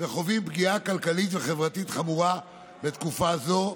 וחווים פגיעה כלכלית וחברתית חמורה בתקופה הזאת,